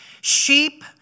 Sheep